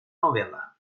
novela